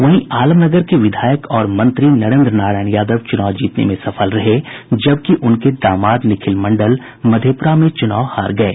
उधर आलमनगर के विधायक और मंत्री नरेन्द्र नारायण यादव चुनाव जीतने में सफल रहे जबकि उनके दामाद निखिल मंडल मधेपुरा में चुनाव हार गये